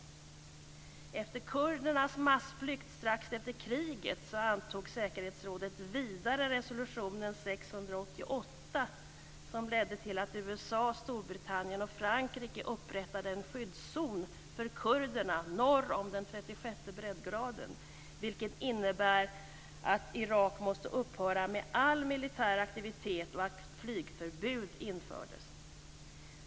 Efter kurdernas massflykt strax efter kriget antog säkerhetsrådet vidare resolution 688 som ledde till att USA, Storbritannien och Frankrike upprättade en skyddszon för kurderna norr om den 36:e breddgraden. Det innebär att Irak måste upphöra med all militär aktivitet och att flygförbud införts.